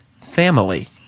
family